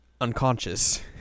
unconscious